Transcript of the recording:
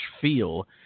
feel